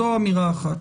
זו אמירה אחת.